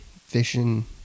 fishing